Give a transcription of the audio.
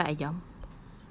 I thought you like ayam